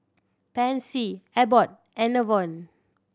Pansy Abbott and Enervon